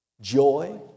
joy